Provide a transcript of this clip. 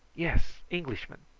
yes englishman!